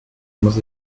muss